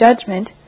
judgment